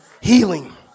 healing